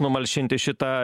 numalšinti šitą